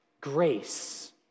grace